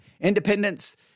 independence